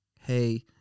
hey